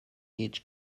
each